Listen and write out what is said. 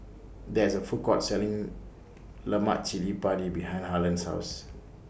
There IS A Food Court Selling Lemak Cili Padi behind Harlen's House